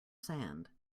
sand